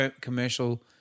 commercial